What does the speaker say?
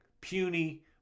puny